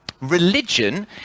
Religion